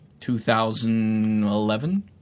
2011